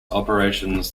operations